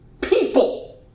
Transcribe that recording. People